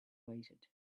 waited